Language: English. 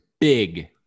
big